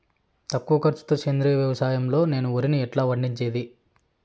తక్కువ ఖర్చు తో సేంద్రియ వ్యవసాయం లో నేను వరిని ఎట్లా పండించేకి?